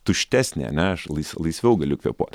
tuštesnė ane aš lais laisviau galiu kvėpuot